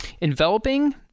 enveloping